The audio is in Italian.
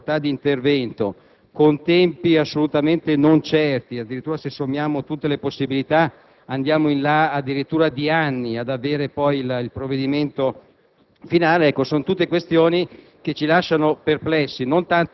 una legge delega che lascia al Governo ampia facoltà di intervento, con tempi assolutamente non certi (addirittura, se sommiamo tutte le possibilità, andiamo in là di anni per giungere al provvedimento